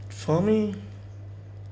for me